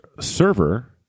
server